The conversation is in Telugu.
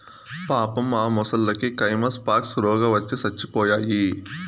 పాపం ఆ మొసల్లకి కైమస్ పాక్స్ రోగవచ్చి సచ్చిపోయాయి